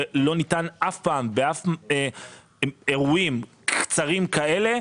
שלא ניתן אף פעם באף אירוע קצר כזה,